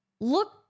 look